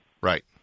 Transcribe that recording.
Right